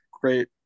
great